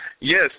Yes